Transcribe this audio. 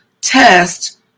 test